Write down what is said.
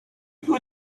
you